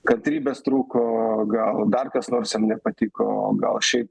kantrybės trūko gal dar kas nors jam nepatiko o gal šiaip